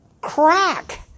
crack